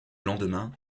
lendemain